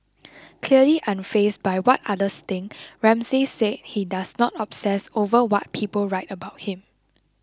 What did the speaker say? clearly unfazed by what others think Ramsay said he does not obsess over what people write about him